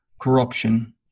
corruption